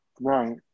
Right